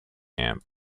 camp